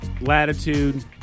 Latitude